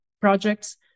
projects